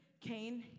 Cain